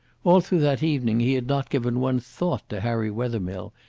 all through that evening he had not given one thought to harry wethermill,